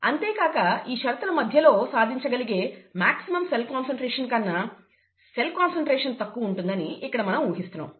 అంతేకాక ఈ షరతుల మధ్యలో సాధించగలిగే మాక్సిమం సెల్ కాన్సన్ట్రేషన్ కన్నా సెల్ కాన్సన్ట్రేషన్ తక్కువ ఉంటుందని ఇక్కడ మనం ఊహిస్తున్నాం